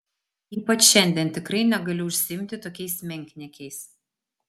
ypač šiandien tikrai negali užsiimti tokiais menkniekiais